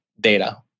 data